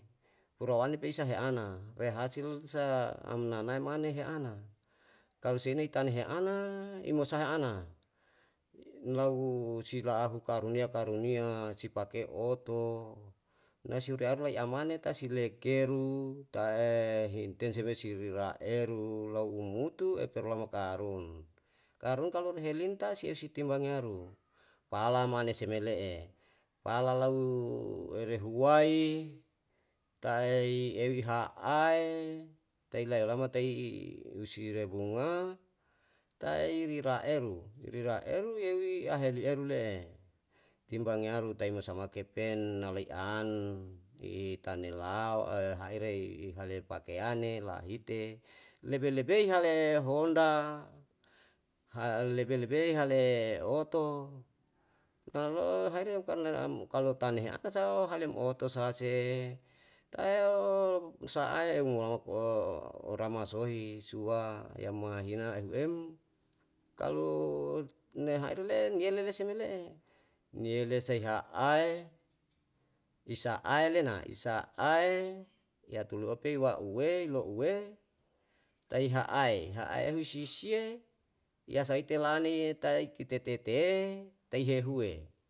Urawane pe isa he ana re hasil sa am nanae mane he ana kalu sei me i tan he ana i mosa he ana lau si la ahu karunia karunia si pake oto nae si u re aleru lai amane tae si lekeru ta'e hinten seme si ri raeru lau umutu eperlama karun. karun kalu re helintas si e si timbang yaru pala mane semen le'e pala lau ere huai tae ewi ha'ae tai lae olama tai usi re bunga tae ri ra eru, ri ra eru yewi ahelieru le'e timbang yaru tae mo sama kepen naloi an i tane lao haere i hale pakeane lahite lebe lebe i hale honda, lebe lebe hale oto ta'a lo'o haere u karna kalo tanhe ana sao hale m'oto sa se, tae m'sa'ae ora masohi sua yamahina ehu em kalu ne ha ire le niele lese me le'e niele sai ha'ae i sae lena, i sa'ae ya tunu ope wa'ue lo'ue tai ha'ae, ha'ae ehu sisie i asa ite lane tae iti tete tete tai hehue